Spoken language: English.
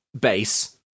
base